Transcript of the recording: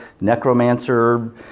necromancer